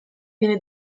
viene